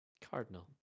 cardinal